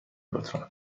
لطفا